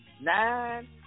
nine